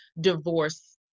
divorce